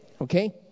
Okay